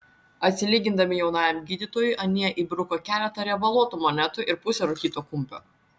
atsilygindami jaunajam gydytojui anie įbruko keletą riebaluotų monetų ir pusę rūkyto kumpio